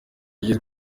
igihe